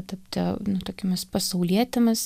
tapti nu tokiomis pasaulietėmis